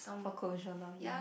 for closure lah ya